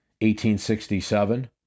1867